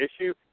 issue